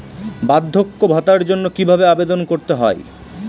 বার্ধক্য ভাতার জন্য কিভাবে আবেদন করতে হয়?